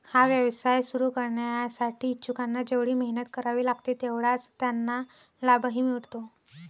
हा व्यवसाय सुरू करण्यासाठी इच्छुकांना जेवढी मेहनत करावी लागते तेवढाच त्यांना लाभही मिळतो